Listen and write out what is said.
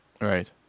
right